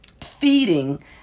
feeding